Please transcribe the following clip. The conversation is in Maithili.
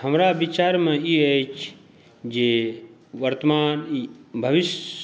हमरा विचारमे ई अछि जे वर्तमान भविष्य